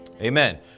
Amen